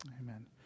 Amen